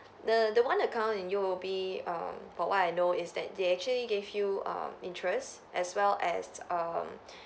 the the one account in U_O_B um for what I know is that they actually gave you um interest as well as um